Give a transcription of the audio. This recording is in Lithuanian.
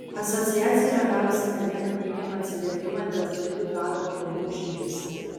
asociacija yra gavusi ne vieną neigiamą atsiliepimą dėl gidų darbo kalnų žygiuose